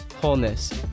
wholeness